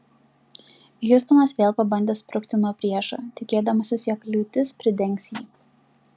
hiustonas vėl pabandė sprukti nuo priešo tikėdamasis jog liūtis pridengs jį